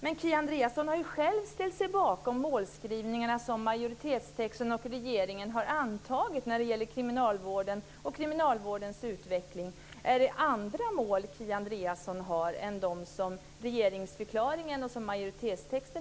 Men Kia Andreasson har själv ställt sig bakom de målskrivningar som utskottsmajoriteten och regeringen har antagit när det gäller kriminalvården och kriminalvårdens utveckling. Är det andra mål som Kia Andreasson har än de som uttrycks i regeringsförklaringen och majoritetstexten?